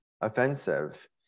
offensive